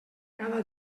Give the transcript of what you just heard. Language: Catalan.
cada